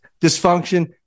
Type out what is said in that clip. dysfunction